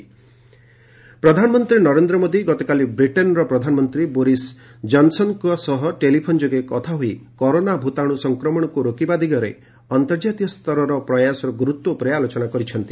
PM Johnson ପ୍ରଧାନମନ୍ତ୍ରୀ ନରେନ୍ଦ୍ର ମୋଦୀ ଗତକାଲି ବ୍ରିଟେନ୍ର ପ୍ରଧାନମନ୍ତ୍ରୀ ବୋରିସ୍ ଜନ୍ସନ୍ଙ୍କ ସହ ଟେଲିଫୋନ୍ ଯୋଗେ କଥା ହୋଇ କରୋନା ଭୂତାଣୁ ସଂକ୍ରମଣକୁ ରୋକିବା ଦିଗରେ ଅନ୍ତର୍ଜାତୀୟ ସ୍ତରର ପ୍ରୟାସର ଗୁରୁତ୍ୱ ଉପରେ ଆଲୋଚନା କରିଛନ୍ତି